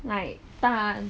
like 蛋